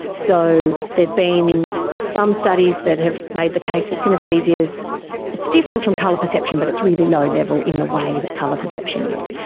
so there's been some studies that have made the case that synaesthesia's it's different from colour perception but it's really low level in the way that colour perception is.